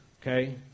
okay